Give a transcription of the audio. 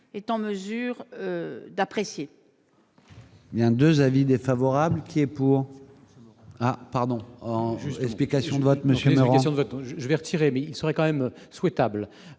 est en mesure d'apprécier.